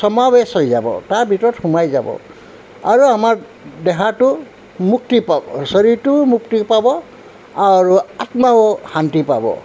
সমাৱেশ হৈ যাব তাৰ ভিতৰত সোমাই যাব আৰু আমাৰ দেহাটো মুক্তি পাওক শৰীৰটো মুক্তি পাব আৰু আত্মাও শান্তি পাব